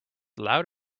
loud